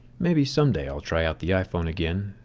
maybe someday i'll try out the iphone again,